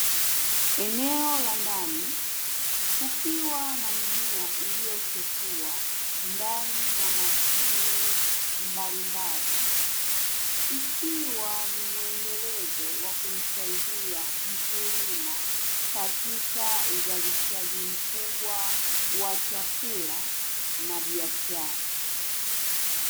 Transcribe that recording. Eneo la ndani, kukiwa na mimea iliyochipua ndani ya mashine mbalimbali, ikiwa ni muendelezo wa kumsaidia mkulima katika uzalishaji mkubwa wa chakula na biashara.